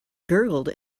gurgled